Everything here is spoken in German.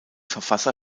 verfasser